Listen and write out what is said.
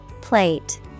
plate